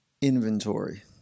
inventory